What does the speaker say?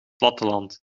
platteland